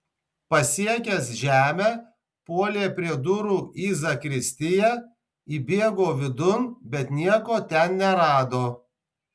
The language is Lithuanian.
pasiekęs žemę puolė prie durų į zakristiją įbėgo vidun bet nieko ten nerado